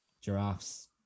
giraffes